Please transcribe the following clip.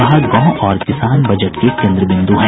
कहा गांव और किसान बजट के केन्द्र बिंद् हैं